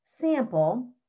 sample